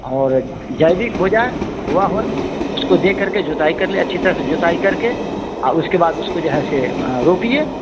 और जैविक हो जाए कोआ हो उसको दे करके जोताई कर लें अच्छी तरह से जोताई करके और उसके बाद उसको जो है सो रोपिए